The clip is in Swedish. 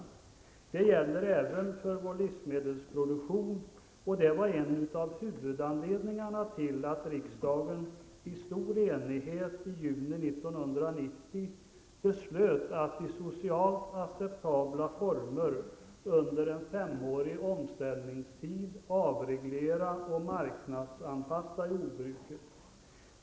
Det gäller även för vår livsmedelsproduktion, och det var en av huvudanledningarna till att riksdagen i stor enighet i juni 1990 beslöt att i socialt acceptabla former under en femårig omställningstid avreglera och marknadsanpassa jordbruket.